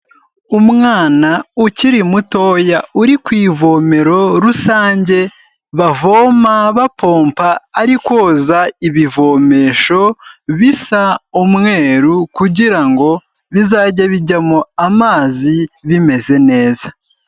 Umwana ukiri mutoya uri ku ivomero rusange bavoma bapompa, ari koza ibivomesho bisa umweru kugira ngo bizajye bijyamo amazi bimeze neza.